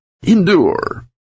Endure